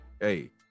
Hey